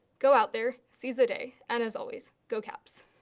go out there, seize the day, and as always, go caps!